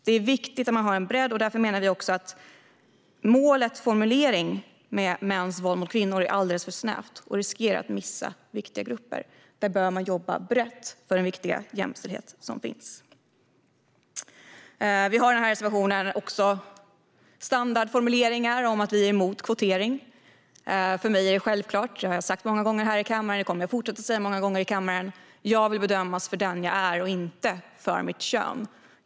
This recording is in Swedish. Det är viktigt att ha en bredd, och därför är målets formulering om mäns våld mot kvinnor alldeles för snäv och riskerar att missa viktiga grupper. Här bör man jobba brett för jämställdheten. I reservationen har vi också standardformuleringar om att vi är emot kvotering. För mig är det självklart, och det har jag sagt många gånger och kommer att fortsätta säga många gånger i kammaren. Jag vill bedömas för den jag är och inte utifrån mitt kön.